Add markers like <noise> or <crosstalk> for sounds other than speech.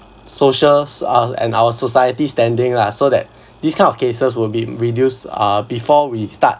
social <noise> and our society standing lah so that these kind of cases will be reduced uh before we start